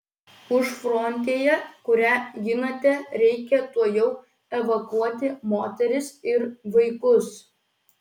užfrontėje kurią ginate reikia tuojau evakuoti moteris ir vaikus